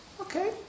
Okay